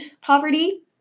poverty